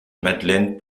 madeleine